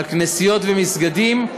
על כנסיות ומסגדים,